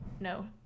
no